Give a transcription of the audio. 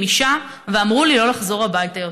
אישה ואמרו לי לא לחזור הביתה יותר.